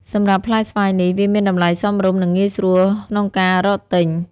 សម្រាប់ផ្លែស្វាយនេះ វាមានតម្លៃសមរម្យ និងងាយស្រួលក្នុងការរកទិញ។